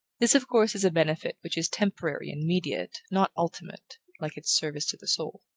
this, of course, is a benefit which is temporary and mediate, not ultimate, like its service to the soul.